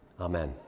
Amen